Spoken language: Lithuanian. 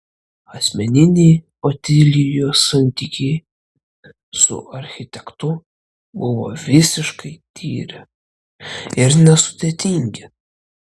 asmeniniai otilijos santykiai su architektu buvo visiškai tyri ir nesudėtingi